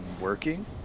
working